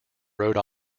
rhode